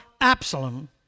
Absalom